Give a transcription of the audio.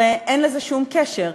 הרי אין לזה שום קשר,